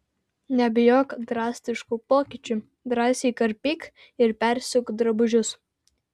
nebijok drastiškų pokyčių drąsiai karpyk ir persiūk drabužius